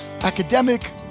academic